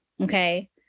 Okay